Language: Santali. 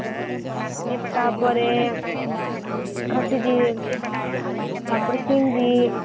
ᱛᱟᱯᱚᱨᱮ ᱠᱷᱟᱥᱤ ᱡᱤᱞ ᱛᱟᱯᱚᱨᱮ ᱥᱤᱢ ᱡᱤᱞ